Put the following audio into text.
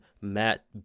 Matt